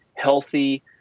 healthy